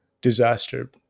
disaster